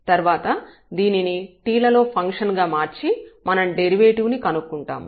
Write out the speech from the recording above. తర్వాత దీనిని t లలో ఫంక్షన్ గా మార్చి మనం డెరివేటివ్ ని కనుక్కుంటాము